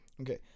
Okay